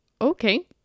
okay